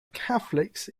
catholics